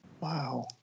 Wow